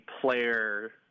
player